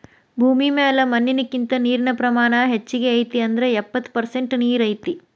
ಭೂಮಿ ಮ್ಯಾಲ ಮಣ್ಣಿನಕಿಂತ ನೇರಿನ ಪ್ರಮಾಣಾನ ಹೆಚಗಿ ಐತಿ ಅಂದ್ರ ಎಪ್ಪತ್ತ ಪರಸೆಂಟ ನೇರ ಐತಿ